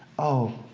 oh,